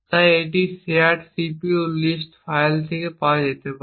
তাই এটি shared cpu list file থেকে পাওয়া যেতে পারে